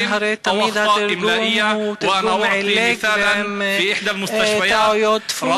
אז הרי תמיד התרגום הוא תרגום עילג ועם טעויות דפוס.